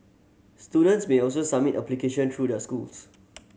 students may also submit application through their schools